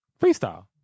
freestyle